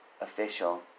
official